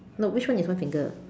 no which one is one finger